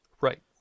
Right